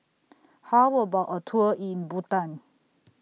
How about A Tour in Bhutan